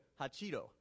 Hachido